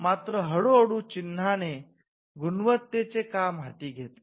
मात्र हळू हळू चिन्हाने गुणवत्तेचे काम हाती घेतले